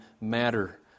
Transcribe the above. matter